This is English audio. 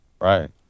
Right